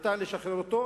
לשחרר אותו.